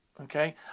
okay